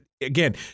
again